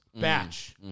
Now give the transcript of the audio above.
Batch